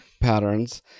patterns